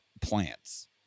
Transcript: plants